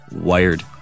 wired